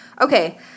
Okay